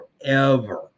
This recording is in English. forever